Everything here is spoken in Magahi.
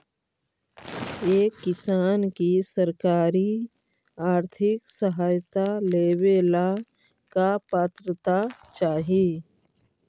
एक किसान के सरकारी आर्थिक सहायता लेवेला का पात्रता चाही?